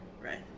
right